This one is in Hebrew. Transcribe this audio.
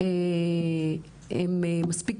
הם מספיק